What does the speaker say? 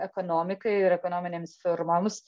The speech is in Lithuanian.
ekonomikai ir ekonominėms firmoms